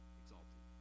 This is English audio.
exalted